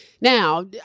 Now